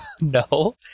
No